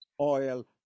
oil